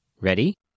Ready